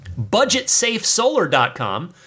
Budgetsafesolar.com